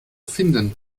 finden